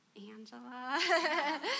Angela